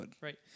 right